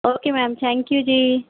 okay ma'am thank you ਜੀ